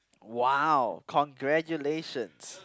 !wow! congratulations